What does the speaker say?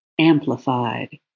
amplified